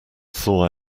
thaw